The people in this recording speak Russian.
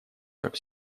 как